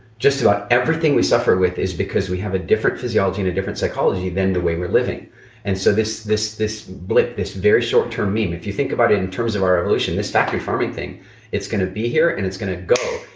just about everything we suffer with is because we have a different physiology and a different psychology than the way we're living and so this this blip, this very short term meme. if you think about in terms of our evolution, this factory farming thing it's gonna be here and it's gonna go.